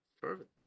Perfect